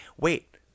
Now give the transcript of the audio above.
Wait